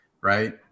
right